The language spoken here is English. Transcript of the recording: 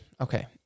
Okay